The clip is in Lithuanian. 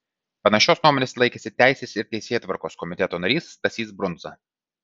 panašios nuomonės laikėsi teisės ir teisėtvarkos komiteto narys stasys brundza